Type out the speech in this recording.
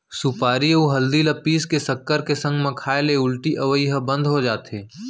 सुपारी अउ हरदी ल पीस के सक्कर के संग म खाए ले उल्टी अवई ह बंद हो जाथे